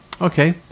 Okay